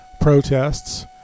protests